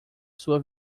sua